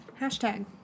Hashtag